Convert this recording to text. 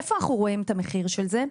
איפה אנחנו רואים את המחיר של זה?